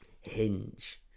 Hinge